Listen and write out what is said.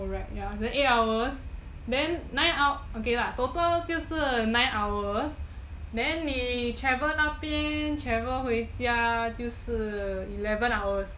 oh right ya then eight hours then nine hours okay lah then total 就是 nine hours 你 travel 那边 travel 回家就是 eleven hours